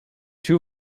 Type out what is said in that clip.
two